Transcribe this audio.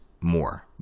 more